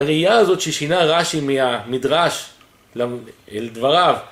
הראייה הזאת ששינה רש"י מהמדרש, לדבריו..